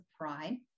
pride